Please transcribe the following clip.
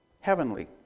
heavenly